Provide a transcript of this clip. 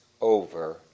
over